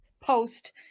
post